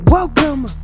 welcome